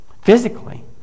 physically